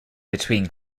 between